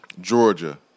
Georgia